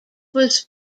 was